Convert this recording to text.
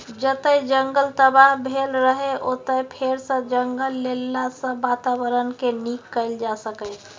जतय जंगल तबाह भेल रहय ओतय फेरसँ जंगल लगेलाँ सँ बाताबरणकेँ नीक कएल जा सकैए